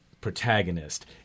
protagonist